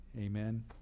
Amen